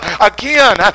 again